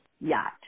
yacht